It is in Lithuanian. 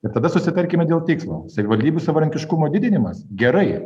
ir tada susitarkime dėl tikslo savivaldybių savarankiškumo didinimas gerai